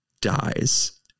dies